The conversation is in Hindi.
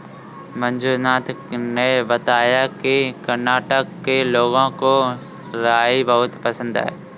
मंजुनाथ ने बताया कि कर्नाटक के लोगों को राई बहुत पसंद है